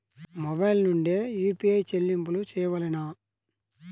Mobile నుండే UPI చెల్లింపులు చేయవలెనా?